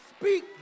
speak